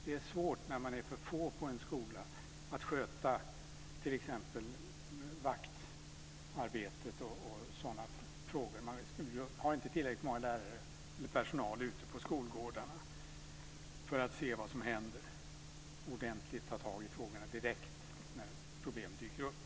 Det är svårt när man är för få på en skola att sköta t.ex. vaktarbetet och sådana frågor. Man har inte tillräckligt många lärare eller personer ur personalen ute på skolgårdarna för att se vad som händer och ordentligt ta tag i frågorna direkt när problemen dyker upp.